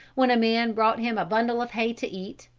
when a man brought him a bundle of hay to eat,